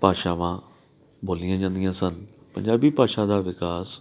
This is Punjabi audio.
ਭਾਸ਼ਾਵਾਂ ਬੋਲੀਆਂ ਜਾਂਦੀਆਂ ਸਨ ਪੰਜਾਬੀ ਭਾਸ਼ਾ ਦਾ ਵਿਕਾਸ